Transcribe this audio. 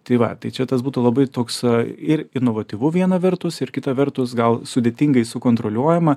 tai va tai čia tas būtų labai toks ir inovatyvu viena vertus ir kita vertus gal sudėtingai sukontroliuojama